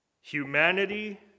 Humanity